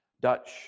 Dutch